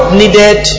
needed